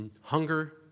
hunger